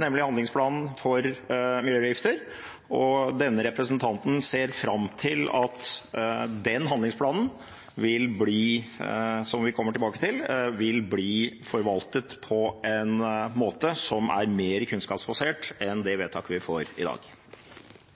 nemlig handlingsplanen for miljøgifter, som kommer, og denne representanten ser fram til at den handlingsplanen – som vi kommer tilbake til – vil bli forvaltet på en måte som er mer kunnskapsbasert enn det vedtaket vi får i dag.